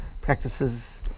Practices